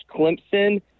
Clemson